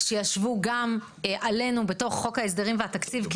שישבו גם עלינו בתוך חוק ההסדרים והתקציב,